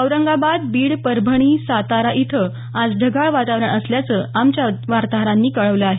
औरंगाबाद बीड परभणी सातारा इथं आज ढगाळ वातावरण असल्याचं आमच्या वार्ताहरांनी कळवलं आहे